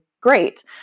great